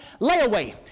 layaway